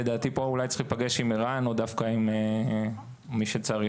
לדעתי פה צריך להיפגש עם ערן או עם מי שצריך.